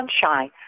sunshine